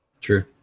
True